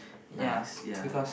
nice ya